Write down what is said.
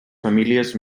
famílies